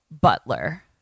butler